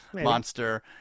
monster